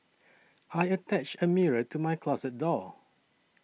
I attached a mirror to my closet door